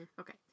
Okay